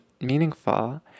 meaningful